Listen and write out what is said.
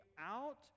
out